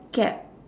gap